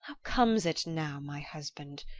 comes it now, my husband,